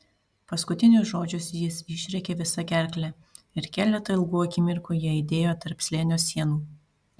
paskutinius žodžius jis išrėkė visa gerkle ir keletą ilgų akimirkų jie aidėjo tarp slėnio sienų